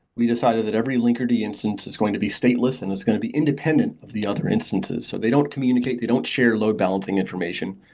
we decided that every linkerd instance is going to be stateless and it's going to be independent of the other instances. so they don't communicate, they don't share load-balancing information,